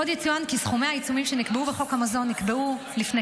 עוד יצוין כי סכומי העיצומים שנקבעו בחוק המזון נקבעו לפני